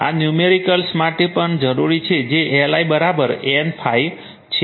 આ ન્યૂમેરિકલ્સ માટે પણ જરૂરી છે જે Li N ∅ છે